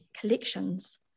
collections